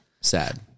Sad